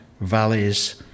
valleys